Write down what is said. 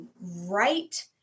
right